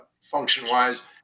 function-wise